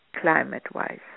climate-wise